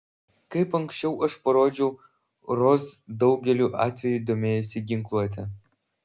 kaip ankščiau aš parodžiau ros daugeliu atvejų domėjosi ginkluote